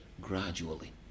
gradually